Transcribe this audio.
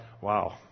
wow